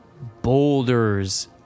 boulders